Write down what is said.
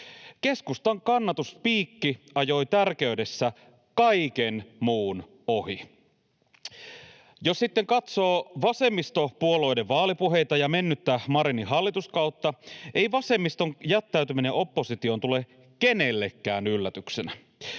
Keskustan kannatuspiikki ajoi tärkeydessä kaiken muun ohi. Jos sitten katsoo vasemmistopuolueiden vaalipuheita ja mennyttä Marinin hallituskautta, ei vasemmiston jättäytyminen oppositioon tule kenellekään yllätyksenä.